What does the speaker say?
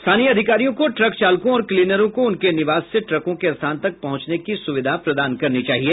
स्थानीय अधिकारियों को ट्रक चालकों और क्लीनरों को उनके निवास से ट्रकों के स्थान तक पहुंचने की सुविधा प्रदान करनी चाहिए